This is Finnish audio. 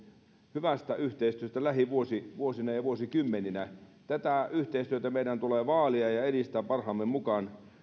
hyvästä yhteistyöstä lähivuosina ja vuosikymmeninä tätä yhteistyötä meidän tulee vaalia ja edistää parhaamme mukaan